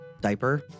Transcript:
Diaper